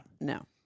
No